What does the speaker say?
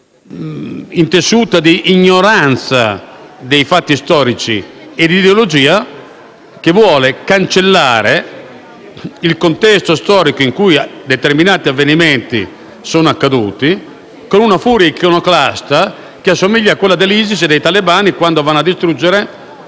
intessuta di ignoranza dei fatti storici e di ideologia, che vuole cancellare il contesto storico in cui determinati avvenimenti si sono svolti, con una furia iconoclasta che assomiglia a quella dell'ISIS e dei talebani quando vanno a distruggere